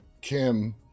Kim